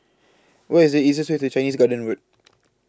What IS The easiest Way to Chinese Garden Road